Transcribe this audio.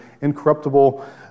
incorruptible